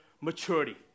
maturity